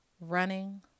Running